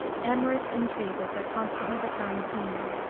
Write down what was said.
amorous intrigue was their constantly recurring theme.